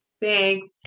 Thanks